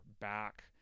back